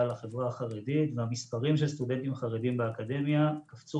לחברה החרדית והמספרים של סטודנטים חרדים באקדמיה קפצו